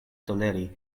toleri